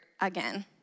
again